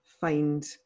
find